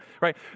right